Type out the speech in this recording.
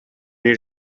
need